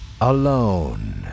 alone